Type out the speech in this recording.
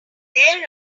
there